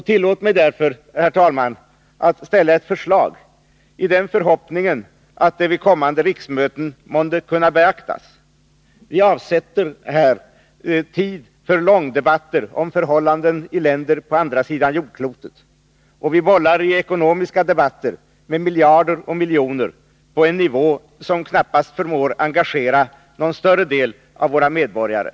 Tillåt mig därför, herr talman, att framställa ett förslag, i den förhoppningen att det vid kommande riksmöten månde kunna beaktas. Vi avsätter här tid för långdebatter om förhållanden i länder på andra sidan jordklotet. Vi bollar i ekonomiska debatter med miljarder och miljoner, på en nivå där man knappast förmår engagera något större antal av våra medborgare.